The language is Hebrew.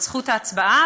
את זכות ההצבעה,